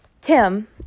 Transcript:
Tim